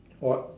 what